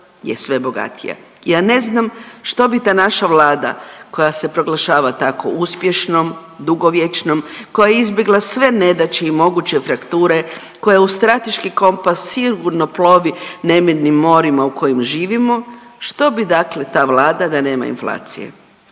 Ja ne znam što bi ta naša Vlada koja se proglašava tako uspješnom, dugovječnom, koja je izbjegla sve nedaće i moguće frakture, koja je u strateški kompas sigurno plovi nemirnim morima u kojim živimo, što bi dakle ta Vlada da nema inflacije